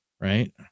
Right